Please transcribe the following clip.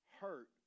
hurt